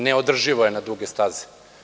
Neodrživo je na duge staze.